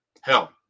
hell